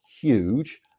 huge